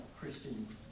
Christians